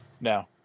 No